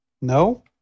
No